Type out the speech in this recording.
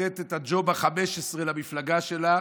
לתת את הג'וב ה-15 למפלגה שלה,